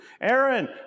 Aaron